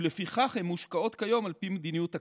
ולפיכך הן מושקעות כיום על פי מדיניות הקרן.